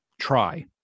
try